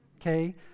Okay